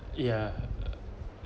yeah uh